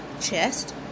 chest